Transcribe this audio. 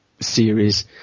series